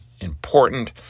important